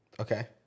Okay